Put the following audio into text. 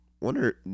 Wonder